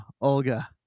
Olga